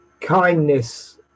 kindness